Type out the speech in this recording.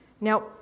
Now